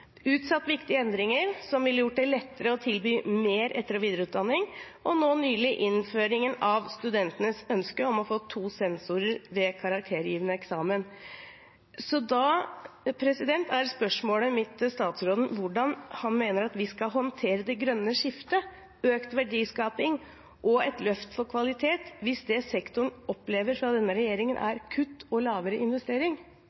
utsatt viktige endringer som ville gjort det lettere å tilby mer etter- og videreutdanning – og nå nylig innføringen av studentenes ønske om å få to sensorer ved karaktergivende eksamen. Da er spørsmålet mitt til statsråden: Hvordan mener han at vi skal håndtere det grønne skiftet, økt verdiskaping og et løft for kvalitet hvis det sektoren opplever fra denne regjeringen,